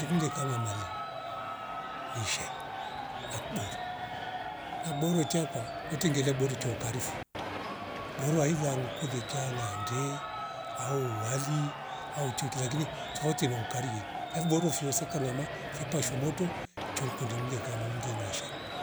Tingunge kama mari nishei nakboru nakboru chakwa kwete ngila boru cha ukarifu borwa ilalu kure changande au uwali au chweke lakini tafouti na ugarile laviboro fuyo seka ngama fipashwe moto cho kuringle kama ungdi nashe